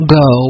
go